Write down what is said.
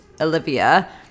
Olivia